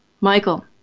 Michael